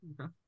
Okay